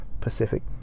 Pacific